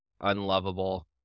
unlovable